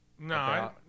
No